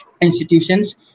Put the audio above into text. institutions